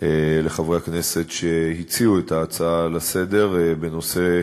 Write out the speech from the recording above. לחברי הכנסת שהציעו את ההצעות לסדר-היום בנושא,